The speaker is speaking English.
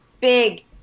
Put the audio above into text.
big